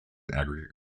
aggregate